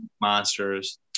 monsters